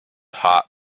hot